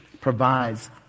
provides